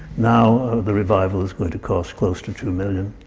now the revival is going to cost close to two million.